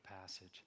passage